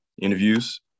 interviews